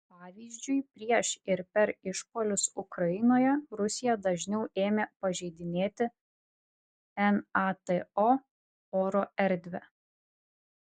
pavyzdžiui prieš ir per išpuolius ukrainoje rusija dažniau ėmė pažeidinėti nato oro erdvę